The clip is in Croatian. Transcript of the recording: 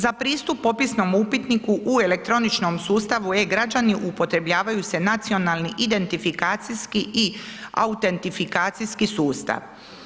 Za pristup popisnom upitniku u elektroničkom sustavu e-građani upotrebljavaju se nacionalni identifikacijski i autentifikacijski sustav.